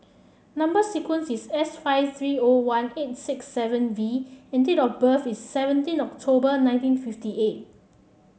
number sequence is S five three O one eight six seven V and date of birth is seventeen October nineteen fifty eight